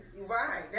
right